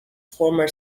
former